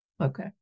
okay